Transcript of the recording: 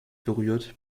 berührt